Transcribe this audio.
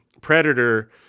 Predator